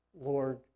Lord